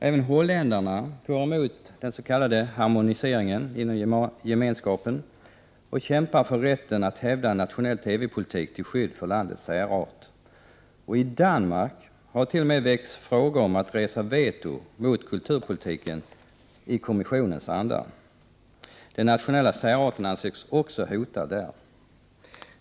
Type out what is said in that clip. Även holländarna går emot den s.k. harmoniseringen inom Gemenskapen, och kämpar för rätten att hävda nationell TV-politik till skydd för landets särart. I Danmark har det t.o.m. väckts frågor om att resa veto mot den kulturpolitik som bedrivs i kommissionens anda. Den nationella särarten anses också där hotad.